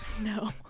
No